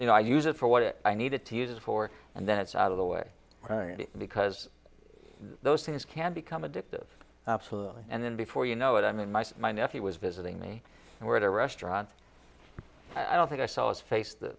you know i use it for what i needed to use it for and then it's out of the way because those things can become addictive absolutely and then before you know it i mean my son my nephew was visiting me and we're at a restaurant i don't think i saw his face th